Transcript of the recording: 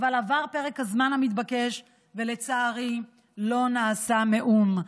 אבל עבר פרק הזמן המתבקש, ולצערי, לא נעשה מאום.